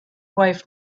wife